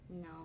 No